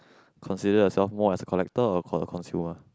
consider yourself more as a collector or consumer